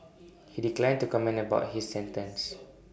he declined to comment about his sentence